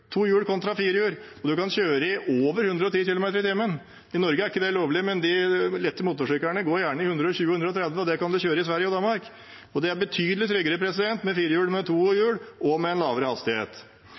to hjul kontra fire hjul – og man kan kjøre i over 110 km/t. I Norge er ikke det lovlig, men de lette motorsyklene går gjerne i 120 og 130 km/t, og det kan man kjøre i Sverige og Danmark. Det er betydelig tryggere med fire hjul enn med to hjul og